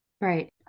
Right